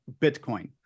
Bitcoin